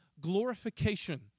glorification